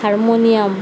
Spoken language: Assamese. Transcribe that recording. হাৰমনিয়াম